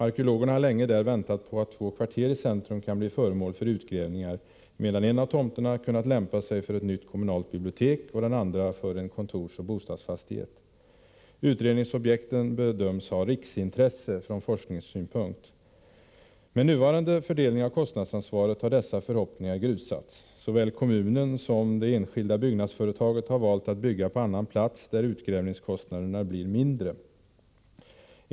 Arkeologerna har länge väntat på att två kvarter i centrum skall kunna bli föremål för utgrävning, emedan en av tomterna kunnat lämpa sig för ett nytt kommunalt bibliotek och den andra för en kontorsoch bostadsfastighet. Utgrävningsobjekten bedöms ha riksintresse från forskningssynpunkt. Med nuvarande fördelning av kostnadsansvaret har arkeologernas förhoppningar grusats. Såväl kommunen som det enskilda byggnadsföretaget har valt att bygga på annan plats, där utgrävningskostnaderna blir lägre.